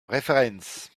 referens